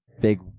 big